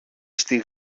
στη